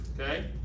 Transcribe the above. Okay